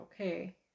okay